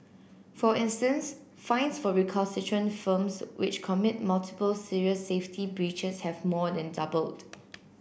for instance fines for recalcitrant firms which commit multiple serious safety breaches have more than doubled